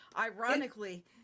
Ironically